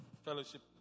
Fellowship